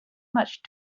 much